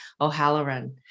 O'Halloran